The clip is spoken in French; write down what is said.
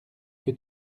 que